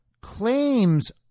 claims